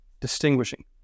distinguishing